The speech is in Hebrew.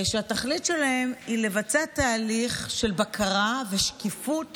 שהתכלית שלהם היא לבצע תהליך של בקרה ושקיפות